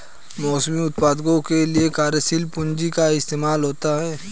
मौसमी उत्पादों के लिये कार्यशील पूंजी का इस्तेमाल होता है